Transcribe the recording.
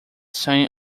saint